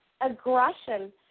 aggression